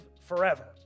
forever